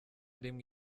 rimwe